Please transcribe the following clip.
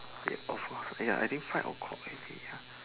ya of course !aiya! I think five o-clock already ya